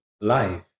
life